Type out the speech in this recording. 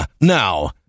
Now